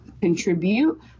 contribute